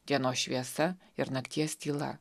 dienos šviesa ir nakties tyla